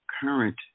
current